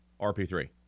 RP3